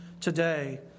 today